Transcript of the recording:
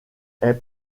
est